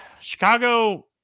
Chicago